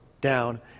down